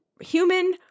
human